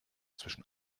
zwischen